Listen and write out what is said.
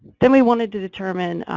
then we wanted to determine,